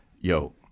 Yo